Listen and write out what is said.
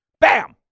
Bam